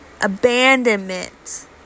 abandonment